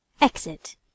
Exit